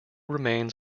remains